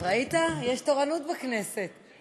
ואיחודה, התשע"ז 2017,